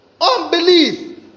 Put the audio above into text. Unbelief